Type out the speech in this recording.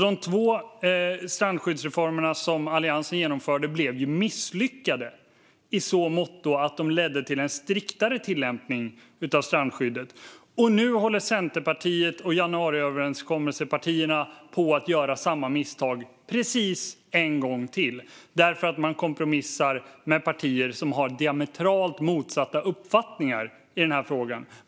De två strandskyddsreformer som Alliansen genomförde blev misslyckade i så måtto att de ledde till en striktare tillämpning av strandskyddet. Och nu håller Centerpartiet och januariöverenskommelsepartierna på att begå precis samma misstag en gång till, för man kompromissar med partier som har diametralt motsatta uppfattningar i frågan.